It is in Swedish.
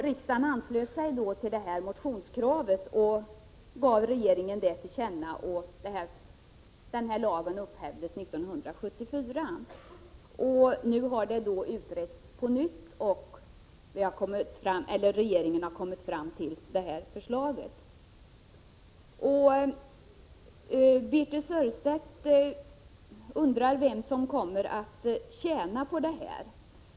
Riksdagen anslöt sig till motionskravet och gav regeringen detta till känna. Lagen upphävdes 1974. Nu har det hela utretts på nytt, och regeringen har lagt fram föreliggande förslag. Birthe Sörestedt undrar vem som kommer att tjäna på det hela.